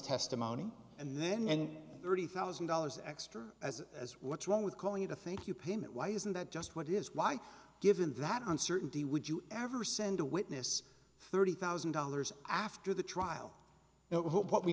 testimony and then and thirty thousand dollars extra as as what's wrong with calling it a thank you payment why isn't that just what is why given that uncertainty would you ever send a witness thirty thousand dollars after the trial what we